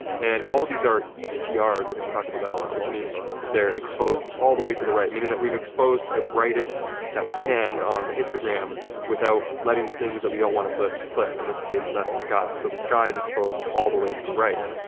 and all these are ah ettred, we're gonna talk about that a lot, which means that they're exposed all the way to the right, meaning that we've exposed to the brightest that we can on the histogram without letting the things that we don't want to clip, clip. in this case, that's the sky. so, the sky's exposed all the way to the right.